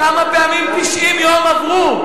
כמה פעמים 90 יום עברו?